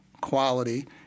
quality